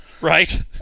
Right